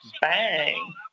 Bang